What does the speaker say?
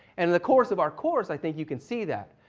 and in the course of our course, i think you can see that.